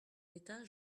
d’état